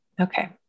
Okay